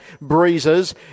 breezes